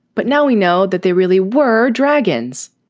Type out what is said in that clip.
but now we know that they really were dragons.